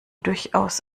durchaus